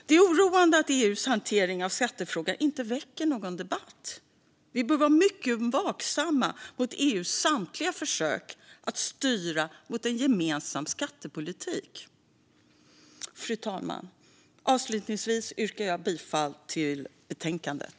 Det är oroande att EU:s hantering av skattefrågan inte väcker någon debatt. Vi bör vara mycket vaksamma mot EU:s samtliga försök att styra mot en gemensam skattepolitik. Fru talman! Avslutningsvis yrkar jag bifall till utskottets förslag i betänkandet.